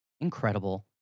incredible